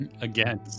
Again